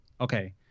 Okay